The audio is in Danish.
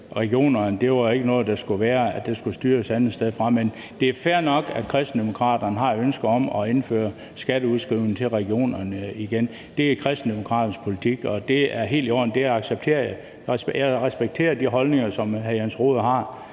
regionerne ikke skulle være der. Det skulle styres et andet sted fra. Men det er fair nok, at Kristendemokraterne har et ønske om at indføre skatteudskrivning til regionerne igen. Det er Kristendemokraternes politik, og det er helt i orden. Det accepterer jeg. Jeg respekterer de holdninger, som hr. Jens Rohde har.